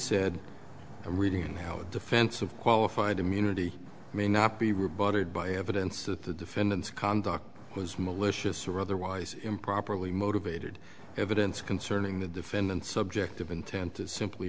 said a reading in how the defense of qualified immunity may not be rebutted by evidence that the defendant's conduct was malicious or otherwise improperly motivated evidence concerning the defendant's subjective intent is simply